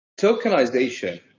tokenization